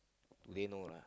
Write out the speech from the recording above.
today no lah